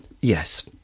Yes